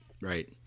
right